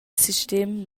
sistem